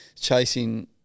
chasing